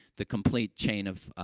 the complete chain of, ah,